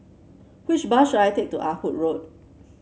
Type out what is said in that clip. which bus should I take to Ah Hood Road